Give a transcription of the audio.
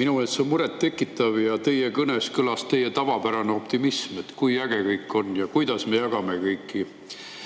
Minu meelest see on muret tekitav. Ja teie kõnes kõlas teie tavapärane optimism, et kui äge kõik on ja kuidas me jagame kõiki